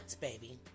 baby